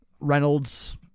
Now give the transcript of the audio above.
Reynolds